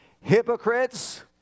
Hypocrites